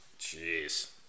Jeez